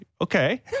Okay